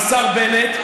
השר בנט,